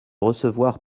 recevoir